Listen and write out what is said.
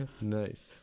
Nice